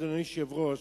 אדוני היושב-ראש,